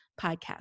podcast